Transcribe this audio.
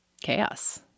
chaos